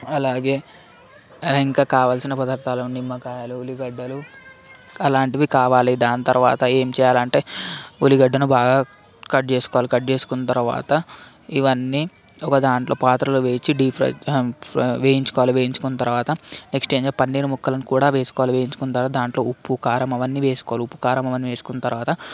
అలాగే ఇంకా కావాల్సిన పదార్థాలు నిమ్మకాయలు ఉల్లిగడ్డలు అలాంటివి కావాలి దాని తర్వాత ఏం చేయాలంటే ఉల్లిగడ్డను బాగా కట్ చేసుకోవాలి కట్ చేసుకున్న తర్వాత ఇవన్నీ ఒకదాంట్లో పాత్రలో వేసి డీప్ ఫ్రై వేయించుకోవాలి వేయించుకున్నతర్వాత నెక్స్ట్ పన్నీర్ ముక్కలను కూడా వేసుకోవాలి వేయించుకున్న తర్వాత దాంట్లో ఉప్పు కారం అవన్నీ వేసుకోవాలి ఉప్పు కారం అవన్నీ వేసుకున్న తర్వాత